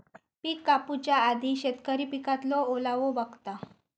पिक कापूच्या आधी शेतकरी पिकातलो ओलावो बघता